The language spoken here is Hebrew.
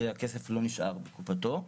והכסף לא נשאר בקופתו.